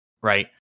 right